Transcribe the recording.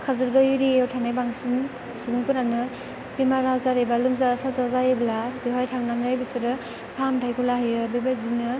काजोलगाव एरियाआव थानाय बांसिन सुबुंफोरानो बेमार आजार एबा लोमजा साजानाय जायोब्ला बेवहाय थांनानै बिसोरो फाहामथायखौ लाहैयो बेबायदिनो